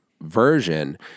version